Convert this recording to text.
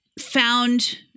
found